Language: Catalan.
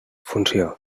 funció